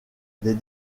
des